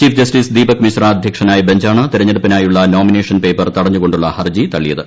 chief justice Deepak Mishra അധ്യക്ഷനായ ബെഞ്ചാണ് തെരഞ്ഞെടുപ്പിനായുള്ള നോമിനേഷൻ പേപ്പർ തടഞ്ഞുകൊണ്ടുള്ള ഹർജി തള്ളിയത്